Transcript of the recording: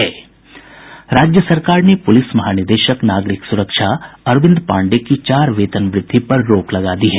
राज्य सरकार ने पुलिस महानिदेशक नागरिक सुरक्षा अरविंद पांडेय की चार वेतन वृद्धि पर रोक लगा दी है